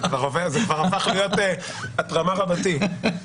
אנחנו קיבלנו לא מעט דפי עמדה מגורמים שונים בעולם האקדמי חברה האזרחית,